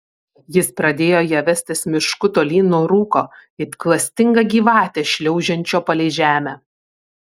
jis pradėjo ją vestis mišku tolyn nuo rūko it klastinga gyvatė šliaužiančio palei žemę